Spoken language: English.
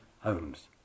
homes